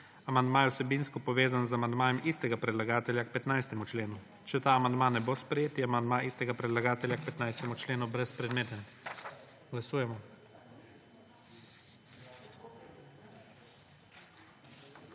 Amandma je vsebinsko povezan z amandmajem istega predlagatelja k 15. členu. Če ta amandma ne bo sprejet je amandma istega predlagatelja k 15. členu brezpredmeten. Glasujemo.